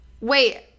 wait